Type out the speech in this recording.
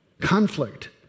conflict